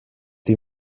die